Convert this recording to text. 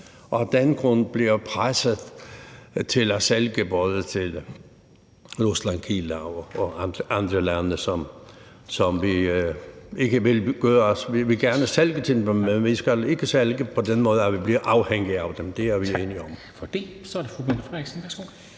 af den grund bliver presset til at sælge både til Rusland, Kina og andre lande. Vi vil gerne sælge til dem, men vi skal ikke sælge på den måde, at vi bliver afhængige af dem. Det er vi enige om.